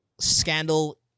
scandal